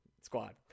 squad